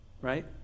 right